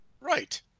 Right